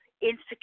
insecure